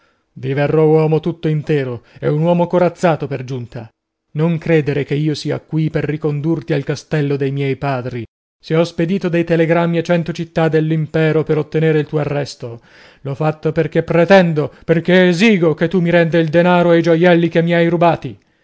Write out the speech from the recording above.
e un uomo corazzato per giunta non credere che io sia mai per ricondurti al castello dei miei padri se ho spedito dei telegrammi a cento città dello impero per ottenere il tuo arresto l'ho fatto perchè pretendo perchè esigo che tu mi renda il denaro e i gioielli che mi hai rubati